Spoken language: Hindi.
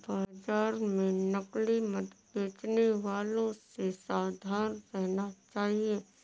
बाजार में नकली मधु बेचने वालों से सावधान रहना चाहिए